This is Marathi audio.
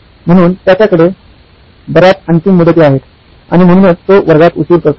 म्हणून त्याच्याकडे बर्याच अंतिम मुदती आहेत आणि म्हणूनच तो वर्गात उशीर करतो